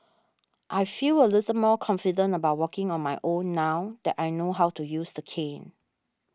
I feel a little more confident about walking on my own now that I know how to use the cane